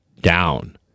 down